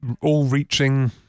all-reaching